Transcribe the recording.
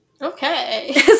Okay